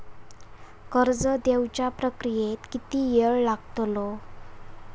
कर्ज देवच्या प्रक्रियेत किती येळ लागतलो?